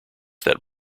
that